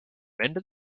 mend